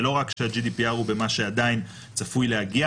זה לא רק שה-GDPR הוא במה שעדיין צפוי להגיע.